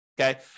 okay